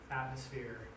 atmosphere